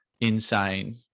insane